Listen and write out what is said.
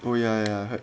oh ya ya I heard